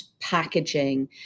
packaging